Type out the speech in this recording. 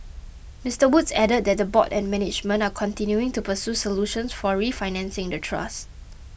Mister Woods added that the board and management are continuing to pursue solutions for refinancing the trust